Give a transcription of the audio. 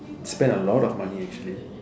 spend a lot of money actually